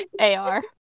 AR